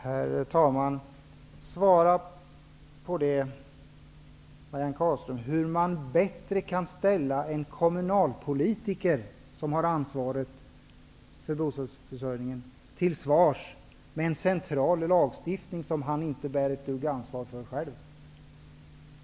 Herr talman! Kan Marianne Carlström svara på hur man bättre kan ställa en kommunalpolitiker till svars, som har ansvaret för bostadsförsörjningen, när vi har en central lagstiftning, som den enskilde politikern inte bär ansvaret för?